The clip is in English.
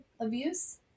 abuse